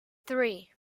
three